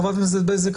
חברת הכנסת בזק,